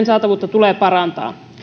saatavuutta tulee parantaa